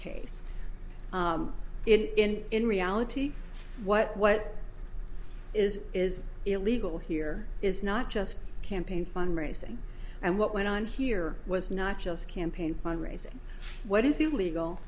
case in reality what what is is illegal here is not just campaign fund raising and what went on here was not just campaign fund raising what is illegal